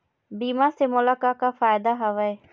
बीमा से मोला का का फायदा हवए?